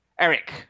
Eric